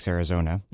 Arizona